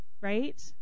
Right